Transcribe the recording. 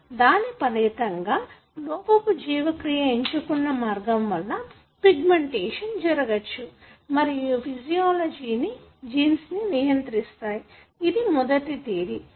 దాని ఫలితంగా లోపపు జీవక్రియ ఎంచుకున్న మార్గం వల్ల పిగ్మెంటేషన్ జరుగవచ్చు మరియు ఫీషియోలోజి ని జీన్స్ ను నియంత్రిస్తాయి మొదటి థియరీ ఇది